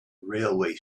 railway